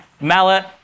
mallet